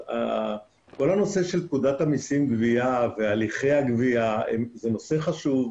הנושא של פקודת המיסים (גבייה) והליכי הגבייה זה נושא חשוב,